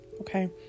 okay